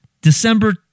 December